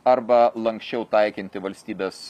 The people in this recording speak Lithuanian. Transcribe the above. arba lanksčiau taikyti valstybės